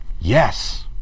Yes